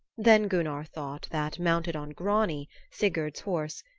then gunnar thought that, mounted on grani, sigurd's horse,